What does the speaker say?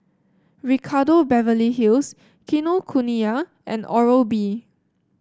Ricardo Beverly Hills Kinokuniya and Oral B